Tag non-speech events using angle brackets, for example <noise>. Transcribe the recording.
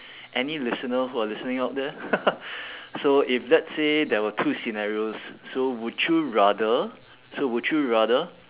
any listener who are listening out there <noise> so if let's say there were two scenarios so would you rather so would you rather